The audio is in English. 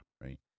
right